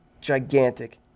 gigantic